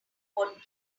what